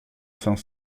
cinq